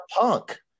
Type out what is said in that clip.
punk